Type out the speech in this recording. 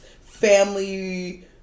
family